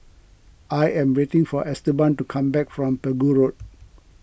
I am waiting for Esteban to come back from Pegu Road